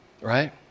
right